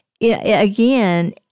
again